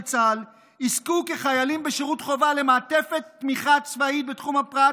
צה"ל יזכו כחיילים בשירות חובה למעטפת תמיכה צבאית בתחום הפרט,